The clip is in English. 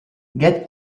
get